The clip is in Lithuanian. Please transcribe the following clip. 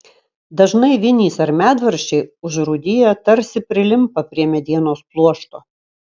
dažnai vinys ar medvaržčiai užrūdiję tarsi prilimpa prie medienos pluošto